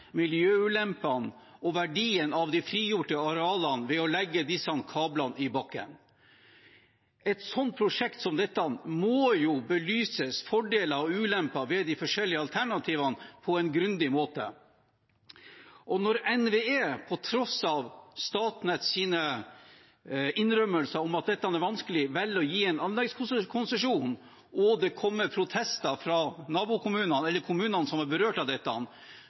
miljøulempene og verdien av de frigjorte arealene ved å legge disse kablene i bakken. Ved et prosjekt som dette må man belyse fordeler og ulemper ved de forskjellige alternativene på en grundig måte. Og når NVE, på tross av Statnetts innrømmelser om at dette er vanskelig, velger å gi en anleggskonsesjon, og det kommer protester fra kommunene som er berørt av dette,